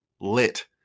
lit